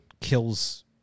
kills